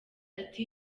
ati